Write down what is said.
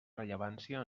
rellevància